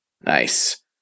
Nice